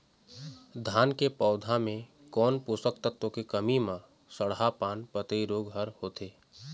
धान के पौधा मे कोन पोषक तत्व के कमी म सड़हा पान पतई रोग हर होथे?